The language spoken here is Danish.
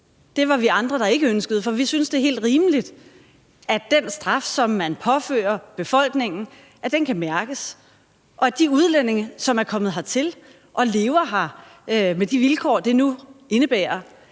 Det var os andre, der ikke ønskede det, for vi synes, det er helt rimeligt, at den straf, som man påfører befolkningen, kan mærkes, og at hvis de udlændinge, som er kommet hertil og lever her under de vilkår, det nu indebærer,